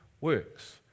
works